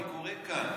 אני קורא כאן.